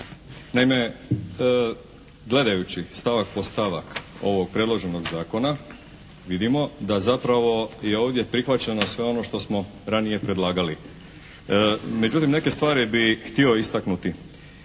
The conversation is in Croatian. naime gledajući stavak po stavak ovog predloženog zakona vidimo da zapravo je ovdje prihvaćeno sve ono što smo ranije predlagali. Međutim neke stvari bih htio istaknuti.